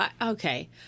okay